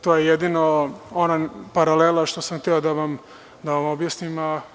To je jedino ona paralela što sam hteo da vam objasnim.